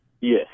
Yes